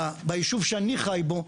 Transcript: ביישוב שאני חי בו,